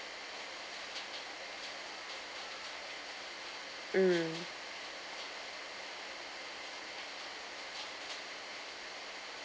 mm